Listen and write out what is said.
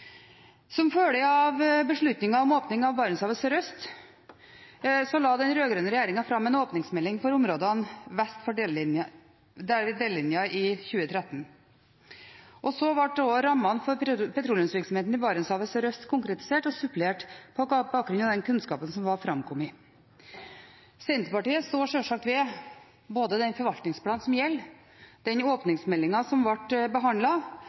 Som følge av beslutningen om åpning av Barentshavet sørøst la den rød-grønne regjeringen fram en åpningsmelding i 2013 for områdene vest for delelinja. Så ble rammene for petroleumsvirksomheten i Barentshavet sørøst konkretisert og supplert på bakgrunn av kunnskap som hadde framkommet. Senterpartiet står sjølsagt ved både forvaltningsplanen som gjelder, åpningsmeldingen som ble